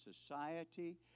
society